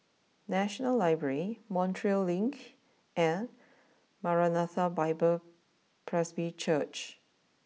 National library Montreal Link and Maranatha Bible Presby Church